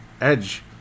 edge